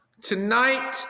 Tonight